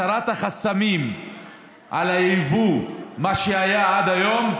הסרת החסמים על הייבוא, מה שהיה עד היום,